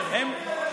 בסוריה יש שוויון.